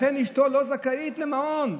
לכן אשתו לא זכאית למעון?